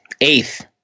Eighth